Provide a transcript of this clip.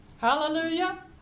Hallelujah